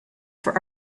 for